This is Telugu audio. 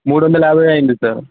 మూడొందల యాభై అయింది సార్